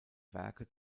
werke